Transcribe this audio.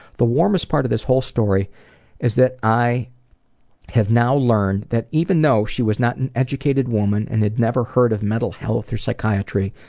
the warmest part of this whole story is that i have now learned that even though she was not an educated woman and had never heard of mental health or psychiatry,